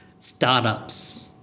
Startups